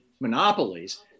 monopolies